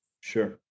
Sure